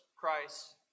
Christ